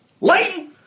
Lady